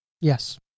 Yes